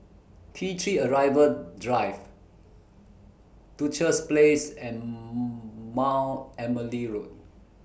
T three Arrival Drive Duchess Place and Mount Emily Road